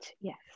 yes